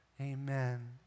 Amen